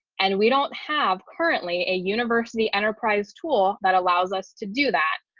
and we don't have currently a university enterprise tool that allows us to do that.